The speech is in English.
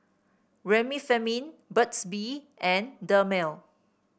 Remifemin Burt's Bee and Dermale